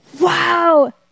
wow